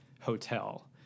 hotel